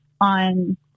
on